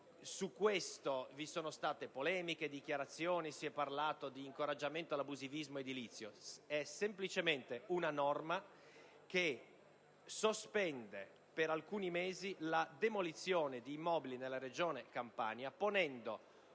Su questo, vi sono state polemiche e dichiarazioni. Si è parlato di incoraggiamento all'abusivismo edilizio, ma è semplicemente una norma che sospende per alcuni mesi la demolizione di immobili nella Regione Campania, ponendo